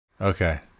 okay